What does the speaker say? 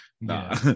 nah